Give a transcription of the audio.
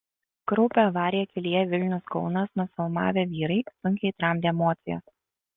kraupią avariją kelyje vilnius kaunas nufilmavę vyrai sunkiai tramdė emocijas